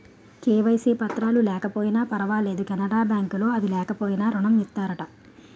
KYC పత్రాలు లేకపోయినా పర్లేదు కెనరా బ్యాంక్ లో అవి లేకపోయినా ఋణం ఇత్తారట